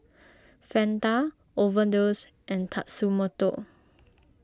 Fanta Overdose and Tatsumoto